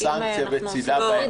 כרגע, יש סנקציה בצדה בהמשך?